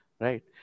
Right